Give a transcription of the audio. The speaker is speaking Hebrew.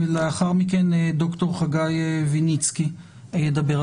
לאחר מכן, ד"ר חגי ויניצקי ידבר.